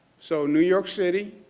so new york city